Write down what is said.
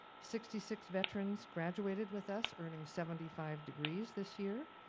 sixty six veterans graduated with us, earning seventy five degrees this year.